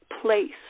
place